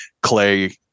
clay